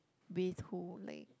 with who like